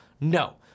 No